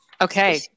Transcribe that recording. Okay